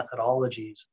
methodologies